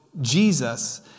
Jesus